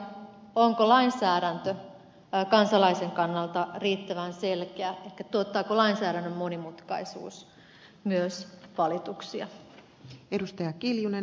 voidaan kysyä myöskin sitä onko lainsäädäntö kansalaisen kannalta riittävän selkeä tuottaako lainsäädännön monimutkaisuus myös valituksia